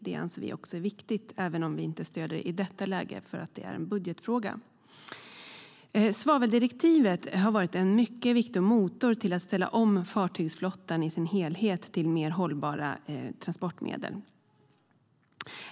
Det anser vi också är viktigt, även om vi inte i detta läge stöder förslaget eftersom det är en budgetfråga. Svaveldirektivet har varit en mycket viktig motor för att ställa om fartygsflottan i dess helhet till mer hållbara transportmedel.